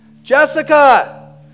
Jessica